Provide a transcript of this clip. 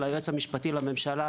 של היועץ המשפטי לממשלה,